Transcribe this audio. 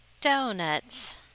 Donuts